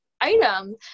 item